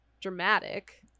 dramatic